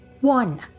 One